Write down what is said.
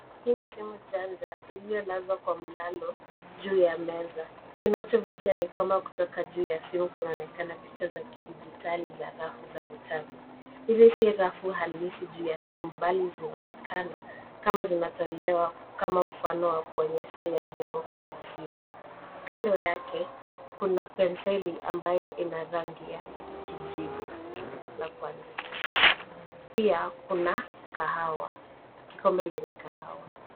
Hii ni simu janja iliyolazwa kwa mlalo juu ya meza. Kinachovutia ni kwamba kutoka juu ya simu kunaonekana picha za kidijitali za rafu za vitabu. Hizi si rafu halisi juu ya simu bali zinaonekana kama zinatolewa kama mfano wa kuonyesha yaliyomo kwenye simu. Kando yake kuna penseli ambayo ina rangi ya kijivu ya kuandika. Pia kuna kahawa, kikombe lenye kahawa.